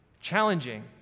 challenging